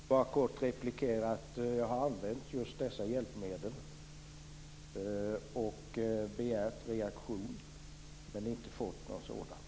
Herr talman! Får jag bara helt kort replikera att jag har använt just dessa hjälpmedel och begärt reaktion, men jag har inte fått någon sådan.